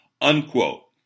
Unquote